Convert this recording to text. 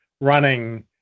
running